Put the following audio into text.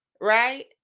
right